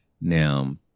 Now